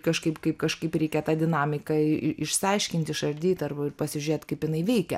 kažkaip kaip kažkaip reikia tą dinamiką išsiaiškint išardyt arba pasižiūrėt kaip jinai veikia